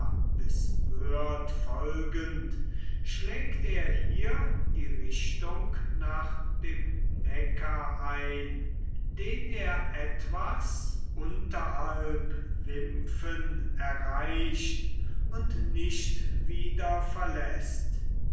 folgend schlägt er hier die richtung nach dem neckar ein den er etwas unterhalb wimpfen erreicht und nicht wieder verläßt